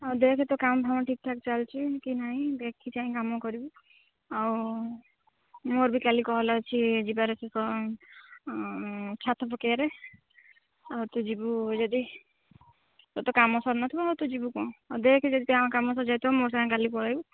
ଆଉ ଦେଖେ ତ କାମ ଫାମ ଠିକ୍ ଠାକ୍ ଚାଲିଛି କି ନାଇଁ ଦେଖି ଚାହିଁ କାମ କରିବୁ ଆଉ ମୋର ବି କାଲି କଲ୍ ଅଛି ଯିବାର ଅଛି କ'ଣ ଛାତ ପକାଇବାର ଆଉ ତୁ ଯିବୁ ଯଦି ତୋର ତ କାମ ସରି ନଥିବ ଆଉ ତୁ ଯିବୁ କ'ଣ ହଉ ଦେଖେ ଯଦି କାମ ସରିଯାଇଥିବ ମୋ ସାଙ୍ଗେ କାଲି ପଳାଇବୁ